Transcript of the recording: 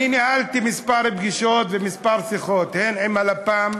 אני ניהלתי כמה פגישות וכמה שיחות הן עם הלפ"מ,